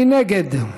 מי נגד?